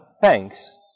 thanks